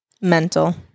Mental